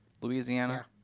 Louisiana